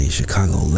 Chicago